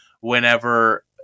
whenever